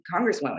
congresswoman